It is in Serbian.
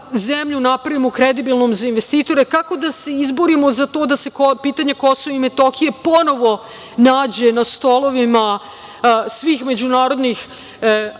napravimo kredibilnom za investitore, kako da se izborimo za to da se pitanje Kosova i Metohije ponovo nađe na stolovima svih međunarodnih